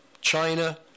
China